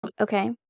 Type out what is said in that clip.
Okay